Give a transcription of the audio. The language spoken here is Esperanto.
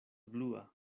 blua